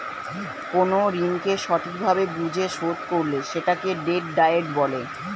কোন ঋণকে সঠিক ভাবে বুঝে শোধ করলে সেটাকে ডেট ডায়েট বলে